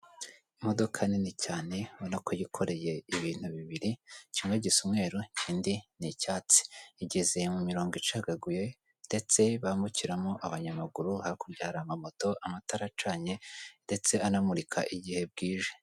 Imodoka nini cyane ubona ko yikoreye ibintu bibiri, kimwe gisa umweru, ikindi ni icyatsi, igeze mu mirongo icagaguye ndetse bambumukiramo abanyamaguru, hakurya hari amamoto, amatara acanye ndetse anamurika igihe bwije.